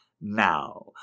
Now